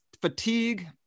fatigue